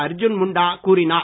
அர்ஜுன் முண்டா கூறினார்